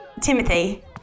timothy